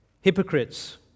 hypocrites